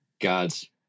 God's